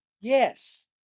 Yes